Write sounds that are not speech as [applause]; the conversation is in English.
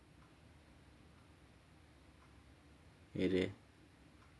[noise]